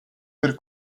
per